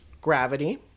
Gravity